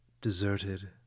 deserted